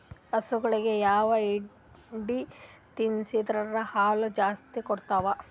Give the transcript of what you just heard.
ಹಸುಗಳಿಗೆ ಯಾವ ಹಿಂಡಿ ತಿನ್ಸಿದರ ಹಾಲು ಜಾಸ್ತಿ ಕೊಡತಾವಾ?